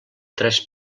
tres